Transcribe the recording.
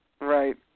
right